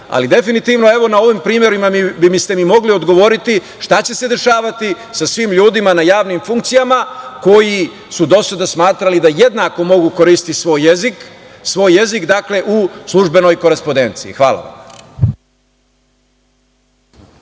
Ali, definitivno na ovim primerima biste mi mogli odgovoriti šta će se dešavati sa svim ljudima na javnim funkcijama koji su do sada smatrali da jednako mogu koristiti svoj jezik u službenoj korespodenciji. Hvala.